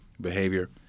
behavior